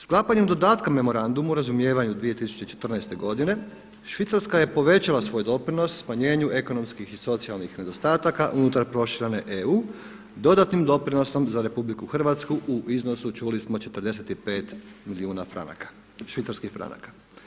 Sklapanjem dodatka Memorandumu o razumijevanju 2014. godine Švicarska je povećala svoj doprinos smanjenju ekonomskih i socijalnih nedostataka unutar proširene EU dodatnim doprinosom za RH u iznosu čuli smo 45 milijuna švicarskih franaka.